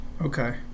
Okay